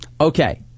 Okay